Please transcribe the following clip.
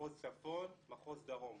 מחוז צפון, מחוז דרום.